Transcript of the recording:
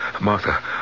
Martha